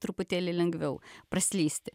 truputėlį lengviau praslysti